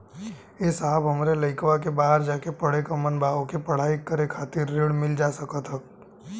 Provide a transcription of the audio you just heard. ए साहब हमरे लईकवा के बहरे जाके पढ़े क मन बा ओके पढ़ाई करे खातिर ऋण मिल जा सकत ह?